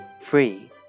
free